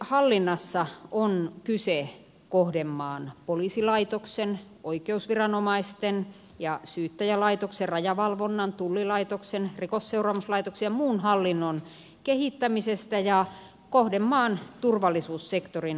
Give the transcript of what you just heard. siviilikriisinhallinnassa on kyse kohdemaan poliisilaitoksen oikeusviranomaisten ja syyttäjälaitoksen rajavalvonnan tullilaitoksen rikosseuraamuslaitoksen ja muun hallinnon kehittämisestä ja kohdemaan turvallisuussektorin uudistamisesta